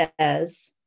says